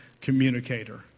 communicator